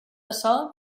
açò